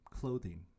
clothing